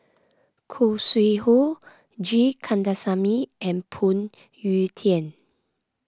Khoo Sui Hoe G Kandasamy and Phoon Yew Tien